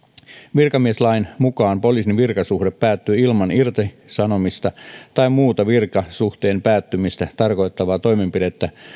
virkamieslain mukaan poliisin virkasuhde päättyy ilman irtisanomista tai muuta virkasuhteen päättymistä tarkoittavaa toimenpidettä